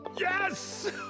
Yes